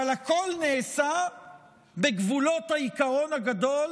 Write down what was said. אבל הכול שם בגבולות העיקרון הגדול